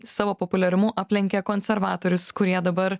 savo populiarumu aplenkė konservatorius kurie dabar